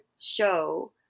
show